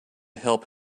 help